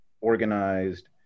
organized